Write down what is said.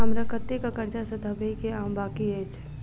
हमरा कतेक कर्जा सधाबई केँ आ बाकी अछि?